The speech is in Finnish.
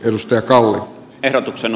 edustaja kalle ehdotuksen